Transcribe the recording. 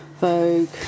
Vogue